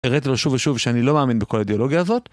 הראיתי לו שוב ושוב שאני לא מאמין בכל האידיאולוגיה הזאת.